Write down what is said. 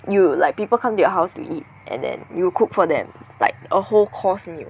you like people come to your house to eat and then you cook for them like a whole course meal